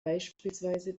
beispielsweise